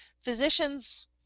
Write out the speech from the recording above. physicians